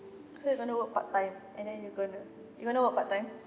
so you gonna work part-time and then you gonna you gonna work part-time